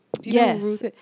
yes